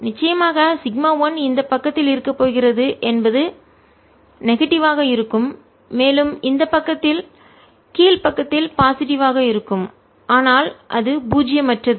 நிச்சயமாக σ 1 இந்த பக்கத்தில் இருக்கப் போகிறது என்பது நெகட்டிவ் ஆக எதிர்மறையாக இருக்கும் மேலும் இந்த பக்கத்தில் கீழ் பக்கத்தில் பாசிட்டிவ் ஆக நேர்மறையாக இருக்கும் ஆனால் அது பூஜ்ஜியமற்றது